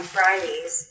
Fridays